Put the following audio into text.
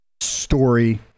story